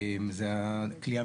תוספת זה גם שינוי.